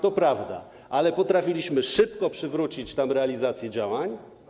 To prawda, ale potrafiliśmy szybko przywrócić tam realizację działań.